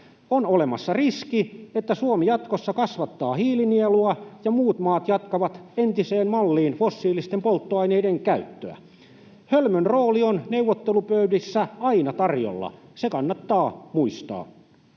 On olemassa riski, että Suomi jatkossa kasvattaa hiilinielua ja muut maat jatkavat entiseen malliin fossiilisten polttoaineiden käyttöä. Hölmön rooli on neuvottelupöydissä aina tarjolla, se kannattaa muistaa.